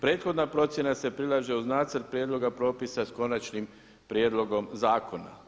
Prethodna procjena se prilaže uz nacrt prijedloga propisa s konačnim prijedlogom zakona.